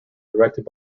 directed